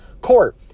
court